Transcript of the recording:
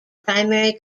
primary